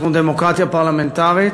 אנחנו דמוקרטיה פרלמנטרית,